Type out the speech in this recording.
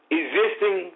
existing